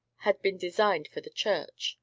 had been designed for the church,